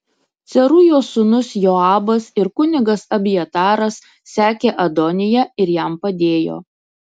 cerujos sūnus joabas ir kunigas abjataras sekė adoniją ir jam padėjo